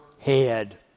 head